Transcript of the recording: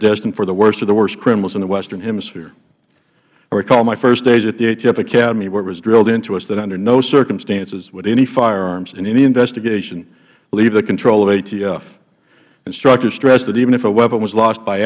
destined for the worst of the worst criminals in the western hemisphere i recall my first days at the atf academy where it was drilled into us that under no circumstances would any firearms in any investigation leave the control of atf instructors stressed that even if a weapon was lost by